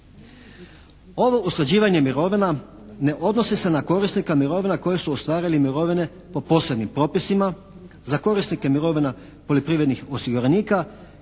Ovo usklađivanje mirovina ne odnosi se na korisnika mirovina koji su ostvarili mirovine po posebnim propisima, za korisnike mirovina poljoprivrednih osiguranika